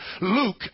Luke